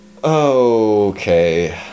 okay